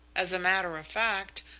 as a matter of fact,